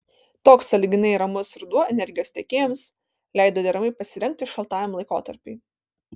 toks sąlyginai ramus ruduo energijos tiekėjams leido deramai pasirengti šaltajam laikotarpiui